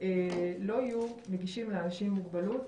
לא יהיו נגישים לאנשים עם מוגבלות.